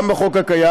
גם בחוק הקיים,